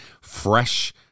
fresh